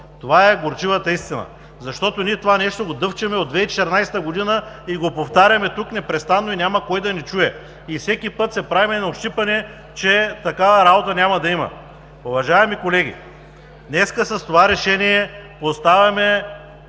Това е горчивата истина! Това нещо ние го дъвчем от 2014 г. и го повтарям тук непрестанно, и няма кой да ни чуе, и всеки път се правим на ощипани, че такава работа няма да има. Уважаеми колеги, днес с това решение оставяме